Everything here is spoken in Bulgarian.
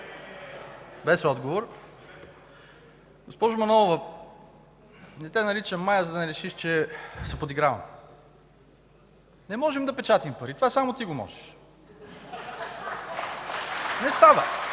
ЛБ: „Еее!”) Госпожо Манолова, не те наричам Мая, за да не решиш, че се подигравам. Не можем да печатаме пари – това само ти го можеш.